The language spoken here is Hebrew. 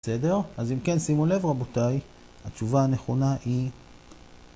בסדר? אז אם כן, שימו לב רבותיי, התשובה הנכונה היא...